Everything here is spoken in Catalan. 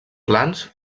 plans